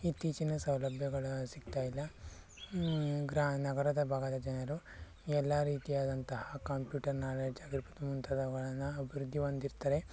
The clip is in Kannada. ಇತ್ತೀಚಿನ ಸೌಲಭ್ಯಗಳು ಸಿಗ್ತಾ ಇಲ್ಲ ಗ್ರಾ ನಗರದ ಭಾಗದ ಜನರು ಎಲ್ಲ ರೀತಿಯಾದಂತಹ ಕಂಪ್ಯೂಟರ್ ನಾಲೇಜಾಗಿರ್ಬೋದು ಮುಂತಾದವುಗಳನ್ನು ಅಭಿವೃದ್ಧಿ ಹೊಂದಿರ್ತಾರೆ